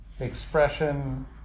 expression